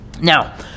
Now